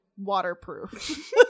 waterproof